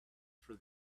for